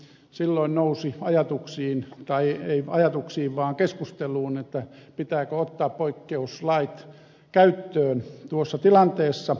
silloin nousi ajatuksiin tai ei ajatuksiin vaan keskusteluun pitääkö ottaa poikkeuslait käyttöön tuossa tilanteessa